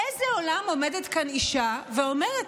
באיזה עולם עומדת כאן אישה ואומרת,